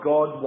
God